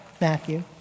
Matthew